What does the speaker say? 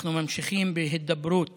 אנחנו ממשיכים בהידברות